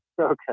Okay